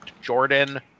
Jordan